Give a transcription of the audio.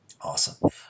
Awesome